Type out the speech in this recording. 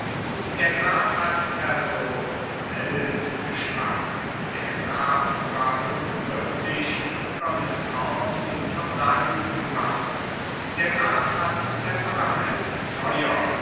der graf hat person welt geschmack der graf war so glücklich connaissancen von rang zu machen der graf hat temperament feuer